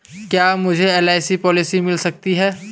क्या मुझे LIC policy मिल सकती है?